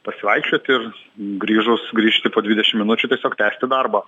pasivaikščiot ir grįžus grįžti po dvidešim minučių tiesiog tęsti darbą